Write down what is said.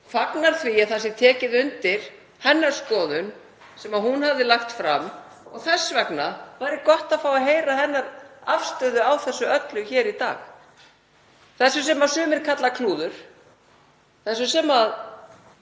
fagnar því að tekið sé undir hennar skoðun sem hún hafði lagt fram og þess vegna væri gott að heyra hennar afstöðu á þessu öllu í dag, þessu sem sumir kalla klúður, þessu sem